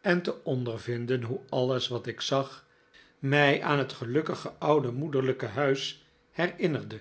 en te ondervinden hoe alles wat ik zag mij aan het gelukkige oude moederlijke huis herinnerde